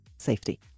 safety